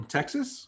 Texas